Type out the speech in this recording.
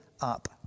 up